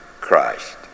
Christ